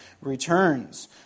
returns